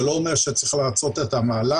זה לא אומר שצריך לעצור את המהלך,